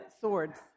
swords